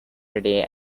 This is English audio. really